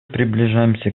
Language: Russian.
приближаемся